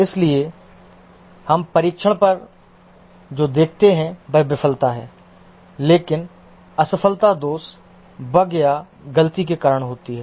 इसलिए हम परीक्षण पर जो देखते हैं वह विफलता है लेकिन असफलता दोष बग या गलती के कारण होती है